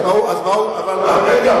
אז רגע,